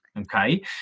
Okay